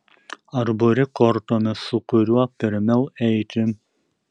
ar buri kortomis su kuriuo pirmiau eiti